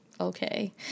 Okay